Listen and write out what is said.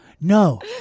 No